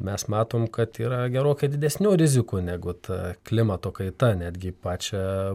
mes matom kad yra gerokai didesnių rizikų negu ta klimato kaita netgi pačią